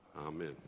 amen